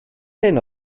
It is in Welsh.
hyn